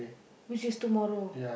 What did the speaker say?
which is tomorrow